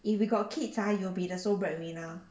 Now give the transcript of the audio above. if you got kids ah you will be the sole breadwinner